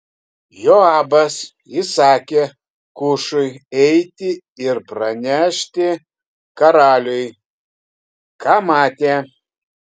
joabas įsakė kušui eiti ir pranešti karaliui ką matė